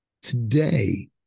Today